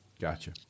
Gotcha